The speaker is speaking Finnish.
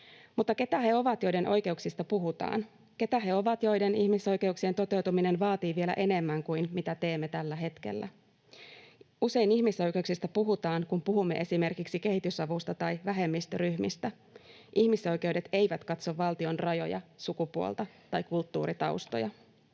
Mutta keitä he ovat, joiden oikeuksista puhutaan? Keitä he ovat, joiden ihmisoikeuksien toteutuminen vaatii vielä enemmän kuin mitä teemme tällä hetkellä? Usein ihmisoikeuksista puhutaan, kun puhumme esimerkiksi kehitysavusta tai vähemmistöryhmistä. Ihmisoikeudet eivät katso valtion rajoja, sukupuolta tai kulttuuritaustoja.